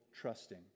trusting